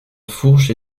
fourche